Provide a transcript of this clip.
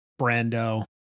Brando